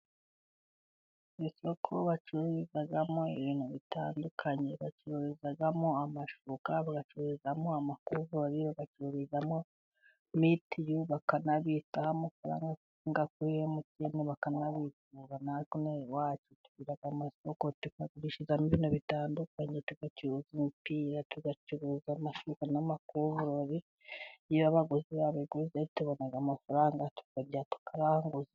Mu isoko bacururizamo ibintu bitandukanye bacururizamo amashuka, bagacururizamo amakuvurori, bagacururiramo mitiyu, bakanabikaho amafaranga kuri emutiyene bakanabikura. Natwe ino aha iwacu tugira amasoko tuyagurishirizamo ibintu bitandukanye, tugacuruza imipira, tugacuruza amashuka, n'amakuvurori. Iyo abaguzi babiguze tubona amafaranga tukongera tukarangura.